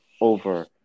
over